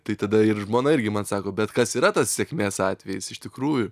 tai tada ir žmona irgi man sako bet kas yra tas sėkmės atvejis iš tikrųjų